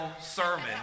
sermon